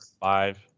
five